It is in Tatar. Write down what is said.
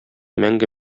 мәңге